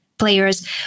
players